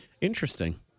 Interesting